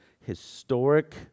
historic